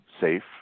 safe